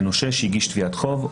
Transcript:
לנושה שהגיש תביעת חוב,